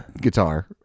guitar